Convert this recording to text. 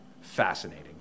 fascinating